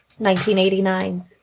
1989